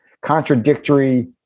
contradictory